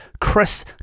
Chris